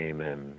Amen